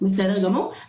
בסדר גמור.